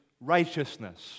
righteousness